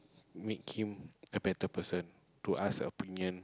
make him a better person to ask opinion